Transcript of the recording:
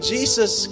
Jesus